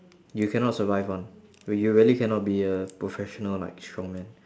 you cannot survive one you really cannot be a professional like strongman